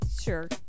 Sure